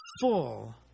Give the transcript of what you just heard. full